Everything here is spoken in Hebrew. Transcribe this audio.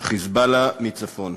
"חיזבאללה" מצפון.